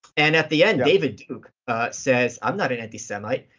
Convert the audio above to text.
and at the end, david duke says, i'm not an antisemite,